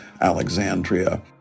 Alexandria